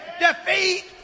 defeat